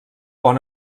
bon